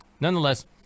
Nonetheless